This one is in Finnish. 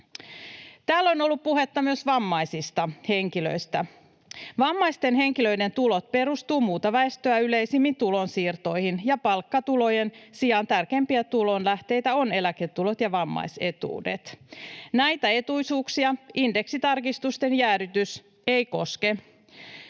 Täällä on ollut puhetta myös vammaisista henkilöistä. Vammaisten henkilöiden tulot perustuvat muuta väestöä yleisemmin tulonsiirtoihin, ja palkkatulojen sijaan tärkeimpiä tulonlähteitä ovat eläketulot ja vammaisetuudet. Näitä etuisuuksia indeksitarkistusten jäädytys ei koske.